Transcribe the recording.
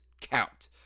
count